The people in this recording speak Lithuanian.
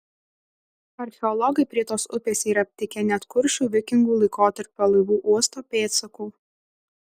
archeologai prie tos upės yra aptikę net kuršių vikingų laikotarpio laivų uosto pėdsakų